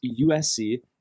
USC